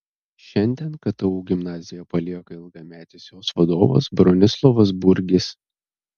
šiandien ktu gimnaziją palieka ilgametis jos vadovas bronislovas burgis